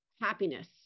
happiness